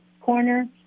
corner